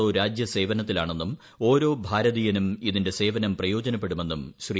O രാജ്യസേവനത്തിലാണെന്നുും ഓരോ ഭാരതീയനും ഇതിന്റെ സേവനം പ്രയോജന്പ്പെടുമെന്നും ശ്രീ